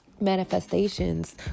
manifestations